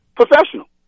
professional